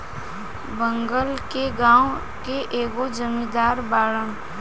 बगल के गाँव के एगो जमींदार बाड़न